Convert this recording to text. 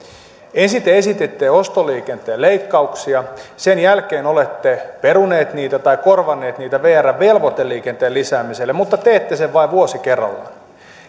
ensin te esititte ostoliikenteen leikkauksia sen jälkeen olette peruneet niitä tai korvanneet niitä vrn velvoiteliikenteen lisäämisellä mutta teette sen vain vuosi kerrallaan